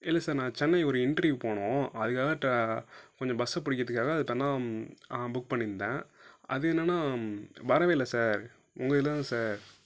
இல்லை சார் நான் சென்னை ஒரு இன்டர்வ்யூக்கு போகணும் அதுக்காக கொஞ்சம் பஸ் பிடிக்கிறத்துக்காக அதுபேர்ன்னா புக் பண்ணியிருந்தேன் அது என்னன்னா வரவே இல்லை சார் உங்கள் இதில் தான் சார்